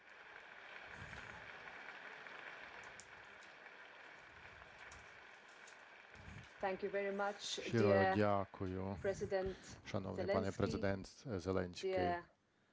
дякую, шановний пане Президент Зеленський,